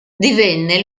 divenne